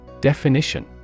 Definition